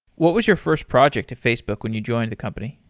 what was your first project at facebook when you joined the company?